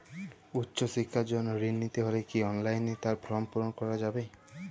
উচ্চশিক্ষার জন্য ঋণ নিতে হলে কি অনলাইনে তার ফর্ম পূরণ করা যাবে?